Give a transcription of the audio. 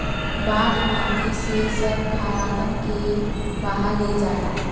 बाढ़ माटी से सब खारापन के बहा ले जाता